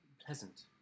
pleasant